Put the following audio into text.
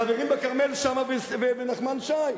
חברים, כרמל שאמה ונחמן שי,